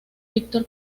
víctor